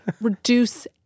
Reduce